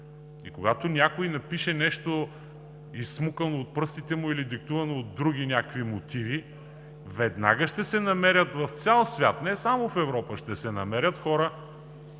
Когато някой напише нещо изсмукано от пръстите му или диктувано от други някакви мотиви, веднага ще се намерят в цял свят – не само в Европа, хора,